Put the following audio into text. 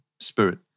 Spirit